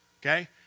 Okay